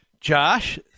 Josh